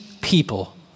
people